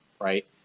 right